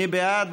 מי בעד?